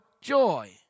joy